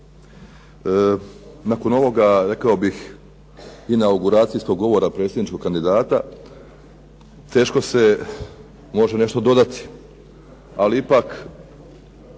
Nakon ovoga, rekao bih, inauguracijskog govora predsjedničkog kandidata teško se može nešto dodati, ali ipak